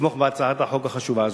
לתמוך בהצעת החוק החשובה הזאת,